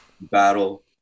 battle